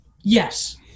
Yes